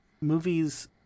movies